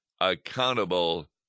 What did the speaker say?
accountable